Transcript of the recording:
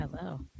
hello